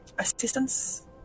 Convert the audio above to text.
Assistance